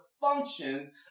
functions